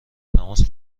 تماس